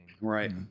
right